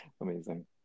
Amazing